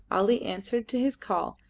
ali answered to his call,